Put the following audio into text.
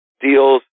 deals